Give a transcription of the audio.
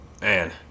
Man